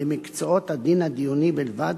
למקצועות הדין הדיוני בלבד,